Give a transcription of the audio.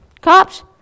Cops